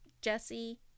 jesse